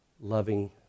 loving